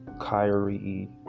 Kyrie